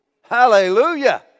Hallelujah